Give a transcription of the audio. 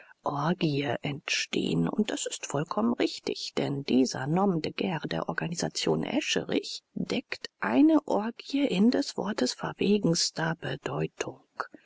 orgie entstehen und das ist vollkommen richtig denn dieser nom de guerre der organisation escherich deckt eine orgie in des wortes verwegenster bedeutung